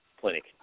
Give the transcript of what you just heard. clinic